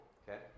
okay